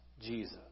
Jesus